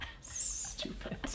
Stupid